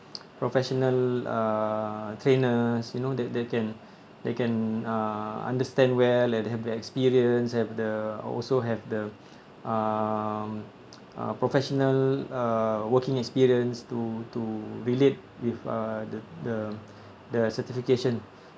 professional uh trainers you know that that can that can uh understand where they have the experience uh also have the uh uh professional uh working experience to to relate with uh the the the certification